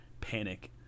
panic